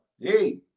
Hey